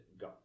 go